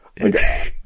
Okay